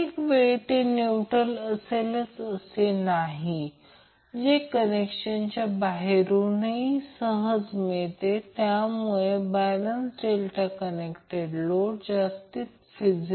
आणि जर ते Vab असेल Vbc असेल आणि जर ते Vca असेल त्याचप्रमाणे Vca घ्या तेव्हा हा Vca आहे म्हणून हा c पॉझिटिव्ह आहे आणि दुसरी बाजू निगेटिव्ह आहे